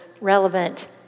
relevant